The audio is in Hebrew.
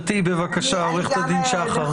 בבקשה, עורכת הדין שחר.